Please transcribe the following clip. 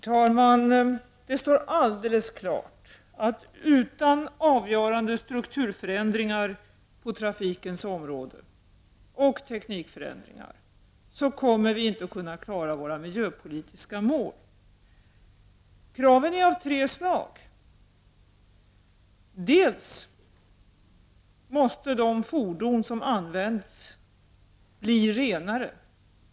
Herr talman! Det står alldeles klart att utan avgörande strukturförändringar på trafikens område och teknikförändringar kommer vi inte att kunna klara våra miljöpolitiska mål. Kraven är av tre slag. För det första måste de fordon som används bli renare.